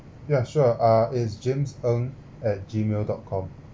ya sure uh is james ng at gmail dot com